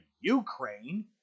Ukraine